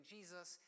Jesus